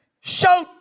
show